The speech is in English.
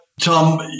Tom